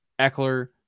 Eckler